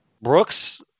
Brooks